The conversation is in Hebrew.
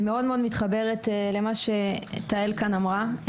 אני מאוד מאוד מתחברת למה תהל כאן אמרה.